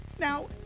Now